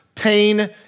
pain